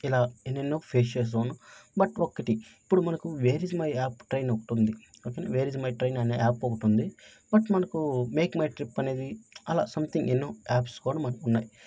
ఇలా ఎన్నెన్నో ఫేస్ చేస్తూ ఉన్నాం బట్ ఒక్కటి ఇప్పుడు మనకు where is my app train ఒకటుంది ఓకేనా వేర్ ఇజ్ మై ట్రైన్ అనే యాప్ ఒకటుంది బట్ మనకు మేక్ మై ట్రిప్ అనేది అలా సంథింగ్ ఎన్నో యాప్స్ కూడా మనకు ఉన్నాయి